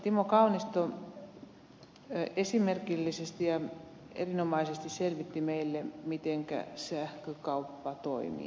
timo kaunisto esimerkillisesti ja erinomaisesti selvitti meille mitenkä sähkökauppa toimii